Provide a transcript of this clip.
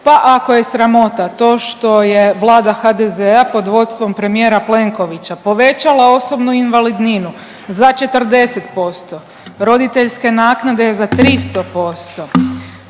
pa ako je sramota to što je Vlada HDZ-a pod vodstvom premijera Plenkovića povećala osobnu invalidninu za 40%, roditeljske naknade za 300%,